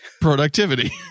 Productivity